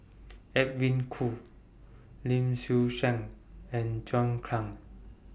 Edwin Koo Lim Swee Say and John Clang